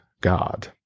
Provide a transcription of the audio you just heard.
God